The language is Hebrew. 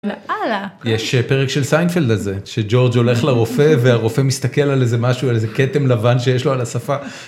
לאללה. יש פרק של סיינפלד על זה. שג'ורג' הולך לרופא והרופא מסתכל על איזה משהו על איזה כתם לבן שיש לו על השפה.